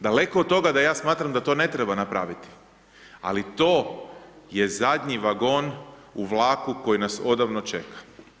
Daleko od toga da ja smatram da to ne treba napraviti, ali to je zadnji vagon u vlaku koji nas odavno čeka.